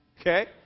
okay